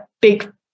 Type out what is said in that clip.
big